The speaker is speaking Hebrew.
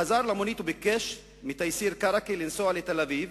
חזר למונית וביקש מתייסיר קרקי לנסוע לתל-אביב.